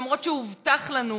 למרות שהובטח לנו,